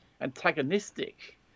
antagonistic